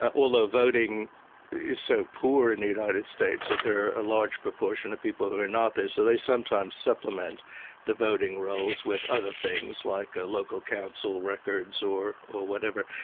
ah although voting is so poor in the united states that there are a large proportion of people who are not there, so they sometimes supplement the voting rolls with other things like local council records or or whatever.